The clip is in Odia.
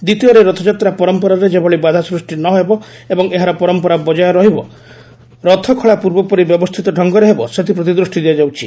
ଦ୍ୱିତୀୟରେ ରଥଯାତ୍ରା ପରମ୍ମରାରେ ଯେଭଳି ବାଧାସୃଷ୍ଟି ନ ହେବ ଏବଂ ଏହାର ପରମ୍ମରା ବଜାୟ ରହିବା ସହ ରଥ ଖଳା ପୂର୍ବପରି ବ୍ୟବସ୍ଷିତ ଢଙଗରେ ହେବ ସେଥ୍ପ୍ରତି ଦୃଷ୍ଟି ଦିଆଯାଉଛି